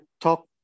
talk